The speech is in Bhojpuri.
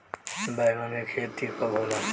बैंगन के खेती कब होला?